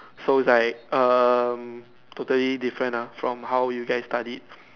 so it's like um totally different lah from how you guys studied